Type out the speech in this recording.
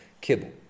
kibble